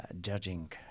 judging